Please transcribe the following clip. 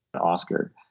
Oscar